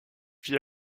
vit